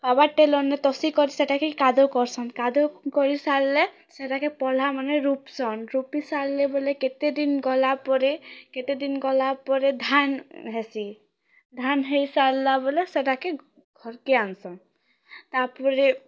power ଟେଲର୍ନେ ତଷିକରି ସେଟାକେ କାଦୋ କର୍ସନ୍ କାଦୋ କରି ସାର୍ଲେ ସେଟାକେ ପଲ୍ହା ମାନେ ରୁପ୍ସନ୍ ରୁପି ସାର୍ଲେ ବେଲେ କେତେ ଦିନ୍ ଗଲାପରେ କେତେ ଦିନ୍ ଗଲାପରେ ଧାନ୍ ହେସି ଧାନ୍ ହେଇ ସାର୍ଲା ବେଲେ ସେଟାକେ ଘର୍କେ ଆନ୍ସନ୍ ତା'ର୍ପରେ